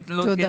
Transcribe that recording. תודה.